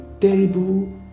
terrible